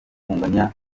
kunganya